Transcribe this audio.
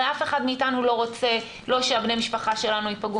הרי אף אחד מאיצתנו לא רוצה לא שבני המשפחה שלנו יפגעו